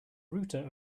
router